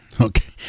Okay